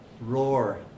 roar